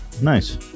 nice